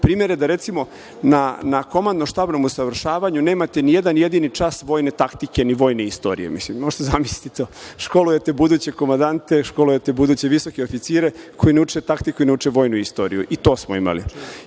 primere da recimo na komandno-štabnom usavršavanju nemate ni jedan jedini čas vojne taktike ni vojne istorije. Možete da zamislite to, školujete buduće komandante, školujete buduće visoke oficire koji ne uče taktiku i ne uče vojnu istoriju, i to smo imali. Imali